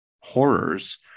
horrors